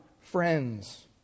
Friends